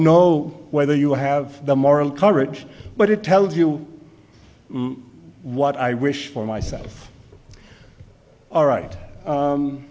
know whether you have the moral courage but it tells you what i wish for myself all